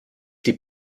die